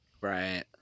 Right